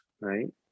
right